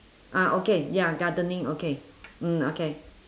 ah okay ya gardening okay mm okay